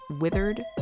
withered